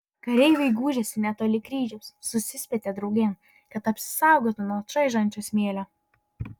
kareiviai gūžėsi netoli kryžiaus susispietė draugėn kad apsisaugotų nuo čaižančio smėlio